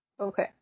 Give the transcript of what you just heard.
Okay